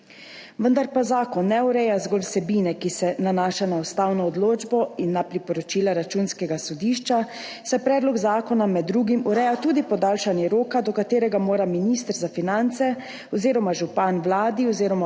Vendar pa zakon ne ureja zgolj vsebine, ki se nanaša na ustavno odločbo in na priporočila Računskega sodišča, saj predlog zakona med drugim ureja tudi podaljšanje roka, do katerega mora minister za finance oziroma župan Vladi oziroma občinskemu